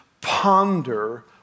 ponder